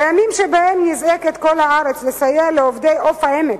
בימים שבהם נזעקת כל הארץ לסייע לעובדי "עוף העמק"